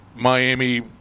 Miami